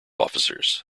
officers